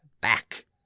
back